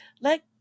let